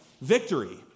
victory